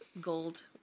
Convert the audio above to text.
gold